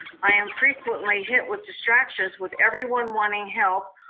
i am frequently hit with distractions with everyone wanting help,